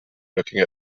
looking